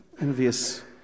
Envious